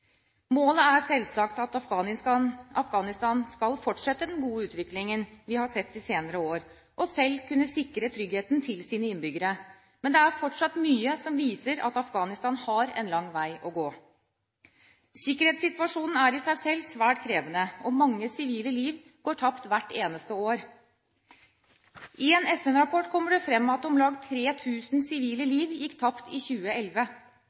Målet er selvsagt at Afghanistan skal forstette den gode utviklingen vi har sett de senere år, og selv kunne sikre tryggheten til sine innbyggere, men det er fortsatt mye som viser at Afghanistan har en lang vei å gå. Sikkerhetssituasjonen er i seg selv svært krevende, og mange sivile liv går tapt hvert eneste år. I en FN-rapport kommer det fram at om lag 3 000 sivile liv gikk tapt i 2011.